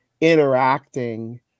interacting